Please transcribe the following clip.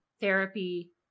therapy